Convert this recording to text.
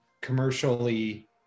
commercially